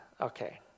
Okay